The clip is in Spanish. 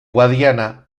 guadiana